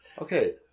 okay